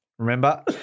remember